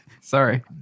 sorry